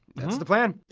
that's the plan.